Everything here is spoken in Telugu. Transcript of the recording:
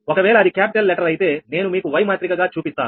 ఒకవేళ అది క్యాపిటల్ లెటర్ అయితే నేను మీకు Y మాత్రిక గా చూపిస్తాను